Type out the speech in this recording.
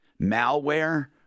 malware